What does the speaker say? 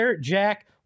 Jack